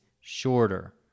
shorter